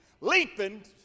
leaping